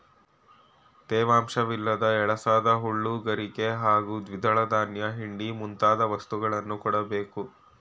ತೇವಾಂಶವಿಲ್ಲದ ಎಳಸಾದ ಹುಲ್ಲು ಗರಿಕೆ ಹಾಗೂ ದ್ವಿದಳ ಧಾನ್ಯ ಹಿಂಡಿ ಮುಂತಾದ ವಸ್ತುಗಳನ್ನು ಕೊಡ್ಬೇಕು